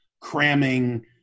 cramming